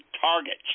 targets